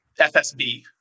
FSB